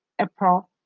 April